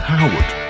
Howard